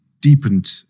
deepened